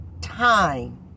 time